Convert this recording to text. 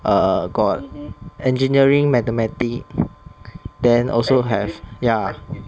err got engineering mathematics then also have ya